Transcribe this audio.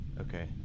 Okay